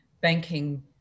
banking